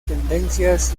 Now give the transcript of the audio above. tendencias